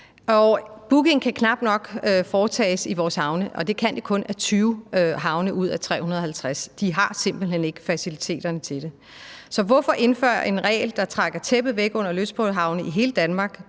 Booking kan knap nok foretages i vores havne – det kan de kun i 20 havne ud af 350; de har simpelt hen ikke faciliteterne til det. Så hvorfor indføre en regel, der trækker tæppet væk under lystbådehavne i hele Danmark?